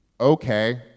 okay